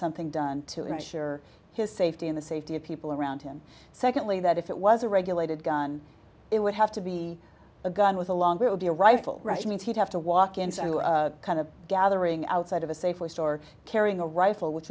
something done to ensure his safety and the safety of people around him secondly that if it was a regulated gun it would have to be a gun with a longer would be a rifle means he'd have to walk into any kind of gathering outside of a safeway store carrying a rifle which